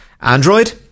Android